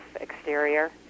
exterior